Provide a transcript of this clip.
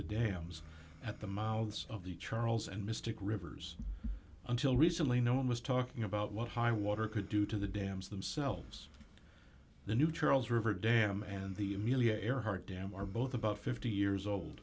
the dams at the mouths of the charles and mystic rivers until recently no one was talking about what high water could do to the dams themselves the new charles river dam and the amelia earhart dam are both about fifty years old